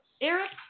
Eric